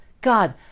God